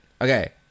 okay